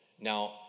Now